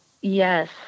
Yes